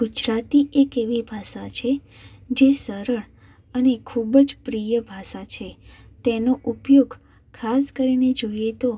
ગુજરાતી એક એવી ભાષા છે જે સરળ અને ખૂબ જ પ્રિય ભાષા છે તેનો ઉપયોગ ખાસ કરીને જોઈએ તો